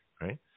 right